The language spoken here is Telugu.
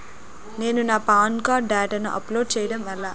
నేను నా పాన్ కార్డ్ డేటాను అప్లోడ్ చేయడం ఎలా?